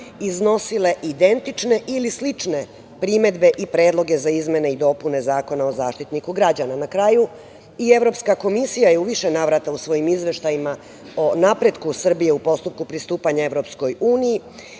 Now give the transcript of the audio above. iznosile identične i slične primedbe i predloge za izmene i dopune Zakona o Zaštitniku građana. Na kraju, i Evropska komisija je u više navrata u svojim izveštajima o napretku Srbije u postupku pristupanja EU